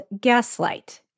Gaslight